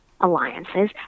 alliances